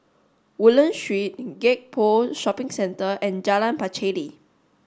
Woodland Street Gek Poh Shopping Centre and Jalan Pacheli